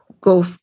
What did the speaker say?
Go